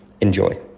enjoy